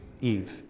Eve